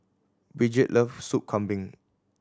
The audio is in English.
Brigid love Soup Kambing